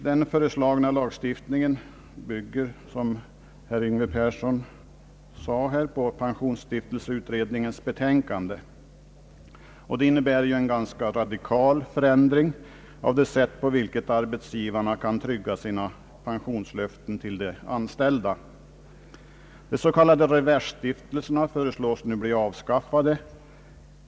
Den föreslagna lagstiftningen bygger, som herr Yngve Persson sade, på pensionsstiftelseutredningens betänkande, som innebär en radikal förändring av det sätt på vilket arbetsgivarna kan trygga sina pensionslöften till de anställda. De s.k. reversstiftelserna föreslås nu bli avskaffade.